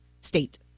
state